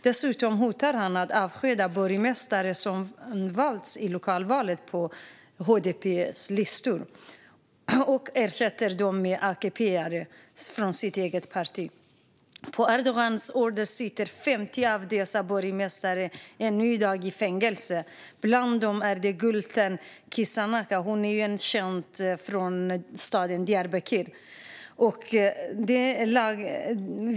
Han hotar dessutom att avskeda borgmästare som i lokalvalen valts från HDP:s listor och att ersätta dem med AKP:are, från hans eget parti. På Erdogans order sitter 50 av de avsatta borgmästarna än i dag i fängelse. Bland dem finns Gültan Kisanak som är känd från staden Diyarbakir.